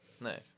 Nice